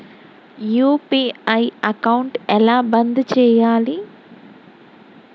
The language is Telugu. యూ.పీ.ఐ అకౌంట్ ఎలా బంద్ చేయాలి?